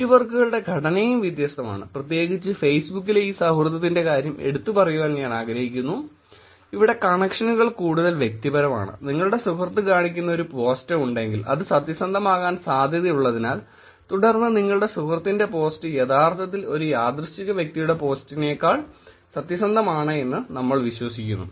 നെറ്റ്വർക്കുകളുടെ ഘടനയും വ്യത്യസ്തമാണ് പ്രത്യേകിച്ച് ഫേസ്ബുക്കിലെ ഈ സൌഹൃദത്തിന്റെ കാര്യം എടുത്തുപറയാൻ ഞാൻ ആഗ്രഹിക്കുന്നു ഇവിടെ കണക്ഷനുകൾ കൂടുതൽ വ്യക്തിപരമാണ് നിങ്ങളുടെ സുഹൃത്ത് കാണിക്കുന്ന ഒരു പോസ്റ്റ് ഉണ്ടെങ്കിൽ അത് സത്യസന്ധമാകാൻ സാധ്യതയുള്ളതിനാൽ തുടർന്ന് നിങ്ങളുടെ സുഹൃത്തിന്റെ പോസ്റ്റ് യഥാർത്ഥത്തിൽ ഒരു യാദൃശ്ചിക വ്യക്തിയുടെ പോസ്റ്റിനേക്കാൾ സത്യസന്ധമാണെന്ന് നമ്മൾ വിശ്വസിക്കുന്നു